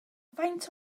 faint